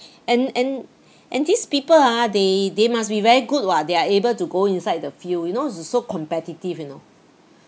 and and and these people ah they they must be very good [what] they are able to go inside the field you know it's so competitive you know